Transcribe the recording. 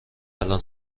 الان